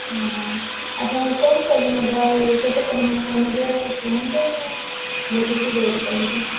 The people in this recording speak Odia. ହଁ ଆପଣ କ'ଣ ସବୁ ନେବେ ଆଉ କେତେ ପରିମାଣରେ ନେବେ କୁହନ୍ତୁ ମୁଁ ଦେଖିକି ରେଟ୍ କହିବି